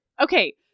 Okay